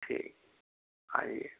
ठीक आइए